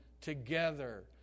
together